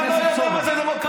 אתה לא יודע מה זו דמוקרטיה.